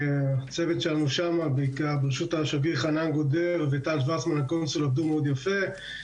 הצוות שלנו שם ברשות השגריר חנן גודר וטל וסמן הקונסול עבדו מאוד יפה,